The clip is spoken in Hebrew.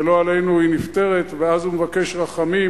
ולא עלינו היא נפטרת, ואז הוא מבקש רחמים,